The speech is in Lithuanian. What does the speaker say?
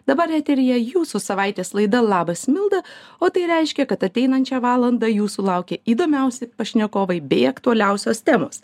dabar eteryje jūsų savaitės laida labas milda o tai reiškia kad ateinančią valandą jūsų laukia įdomiausi pašnekovai bei aktualiausios temos